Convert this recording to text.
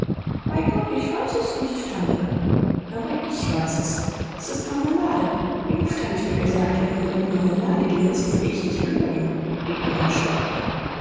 bei gott ich weiß es nicht tante aber ich weiß es s ist marmelade wie oft habe ich dir gesagt wenn du über die marmelade gingest würde ich dich bläuen gib mir den stock her